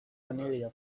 cornelia